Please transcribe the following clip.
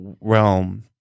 realm